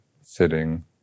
sitting